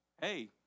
Hey